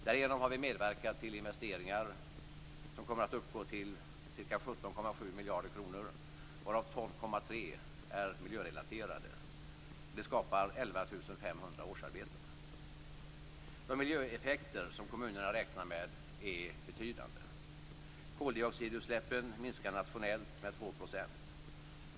Därigenom har vi medverkat till investeringar som kommer att uppgå till ca 17,7 miljarder kronor, varav 12,3 är miljörelaterade. Det skapar 11 500 årsarbeten. De miljöeffekter som kommunerna räknar med är betydande. Koldioxidutsläppen minskar nationellt med 2 %.